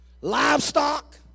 livestock